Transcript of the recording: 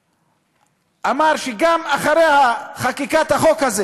אמר: גם אחרי חקיקת החוק הזה